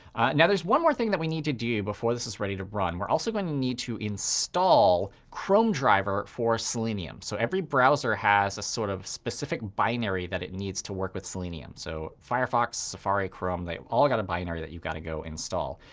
now, there's one more thing that we need to do before this is ready to run. we're also going to need to install chromedriver for selenium. so every browser has a sort of specific binary that it needs to work with selenium. so firefox, safari, chrome, they've all got a binary that you've got to go install.